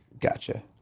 gotcha